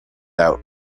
out